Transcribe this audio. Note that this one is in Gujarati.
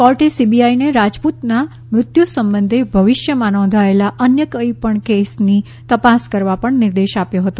કોર્ટે સીબીઆઈને રાજપૂતના મૃત્યુ સંબંધે ભવિષ્યમાં નોંધાયેલા અન્ય કોઈપણ કેસોની તપાસ કરવા પણ નિર્દેશ આપ્યો હતો